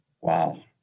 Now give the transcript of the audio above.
wow